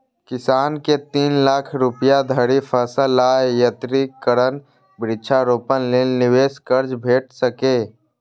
किसान कें तीन लाख रुपया धरि फसल आ यंत्रीकरण, वृक्षारोपण लेल निवेश कर्ज भेट सकैए